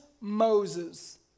Moses